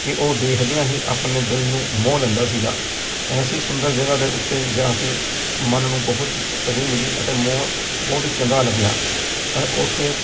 ਕਿ ਉਹ ਦੇਖਦਿਆਂ ਹੀ ਆਪਣੇ ਦਿਲ ਨੂੰ ਮੋਹ ਲੈਂਦਾ ਸੀਗਾ ਐਸੀ ਸੁੰਦਰ ਜਗ੍ਹਾ ਦੇ ਉੱਤੇ ਜਾ ਕੇ ਮਨ ਨੂੰ ਬਹੁਤ ਹੀ ਤਸੱਲੀ ਮਿਲੀ ਅਤੇ ਮੋਹ ਬਹੁਤ ਹੀ ਚੰਗਾ ਲੱਗਿਆ ਅਹ ਉੱਥੇ